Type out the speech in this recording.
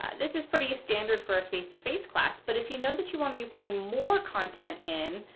ah this is pretty standard for a face-to-face class, but if you know that you want to be putting more content in,